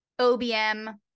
OBM